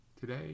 Today